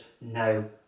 no